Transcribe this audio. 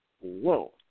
whoa